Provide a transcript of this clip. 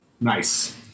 Nice